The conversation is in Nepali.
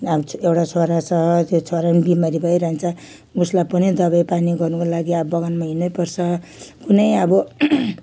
अब एउटा छोरा त्यो छोर बिमारी भइरहन्छ उसलाई पनि दबाई पानी गर्नुको लागि अब बगानमा हिँड्नै पर्छ कुनै अब